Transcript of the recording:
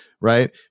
right